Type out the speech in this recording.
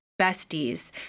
besties